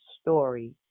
story